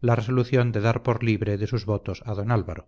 la resolución de dar por libre de sus votos a don álvaro